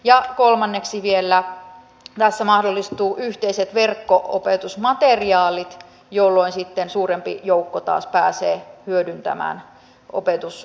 ja kolmanneksi vielä tässä mahdollistuvat yhteiset verkko opetusmateriaalit jolloin sitten suurempi joukko taas pääsee hyödyntämään opetusmateriaaleja